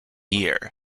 year